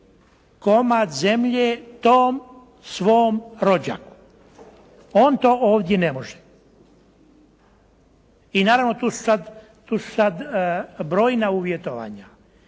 komad zemlje tom svom rođaku. On to ovdje ne može. I naravno tu su sada brojna uvjetovanja.